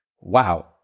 wow